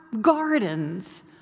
gardens